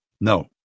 No